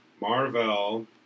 Marvel